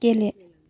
गेले